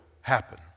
happen